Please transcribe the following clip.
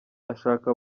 ashaka